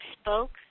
spoke